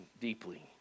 deeply